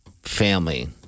family